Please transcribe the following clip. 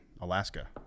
Alaska